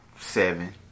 Seven